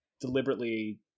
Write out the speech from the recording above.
deliberately